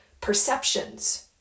perceptions